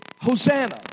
Hosanna